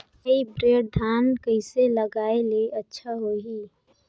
Hybrid धान कइसे लगाय ले अच्छा होही?